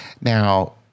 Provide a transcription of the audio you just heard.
Now